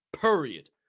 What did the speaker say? Period